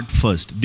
first